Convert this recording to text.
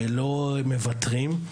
ולא מוותרים,